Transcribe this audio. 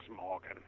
Morgan